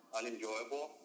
unenjoyable